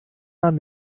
man